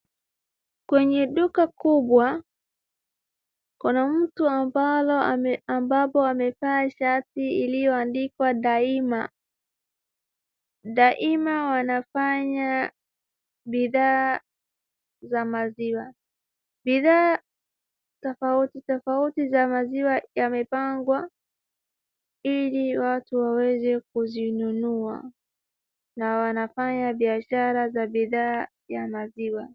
Kwenye duka kubwa, kuna mtu ambapo amevaa shati iliyoandikwa daima. Daima wanafanya bidhaa za maziwa. Bidhaa tofauti tofauti za maziwa yamepangwa ili watu waweze kuzinunua, na wanafanya biashara za bidhaa ya maziwa.